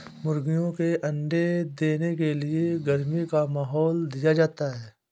मुर्गियों के अंडे देने के लिए गर्मी का माहौल दिया जाता है